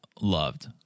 loved